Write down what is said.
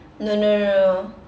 no no no no